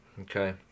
okay